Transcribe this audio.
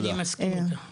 אני מסכים איתה בהחלט.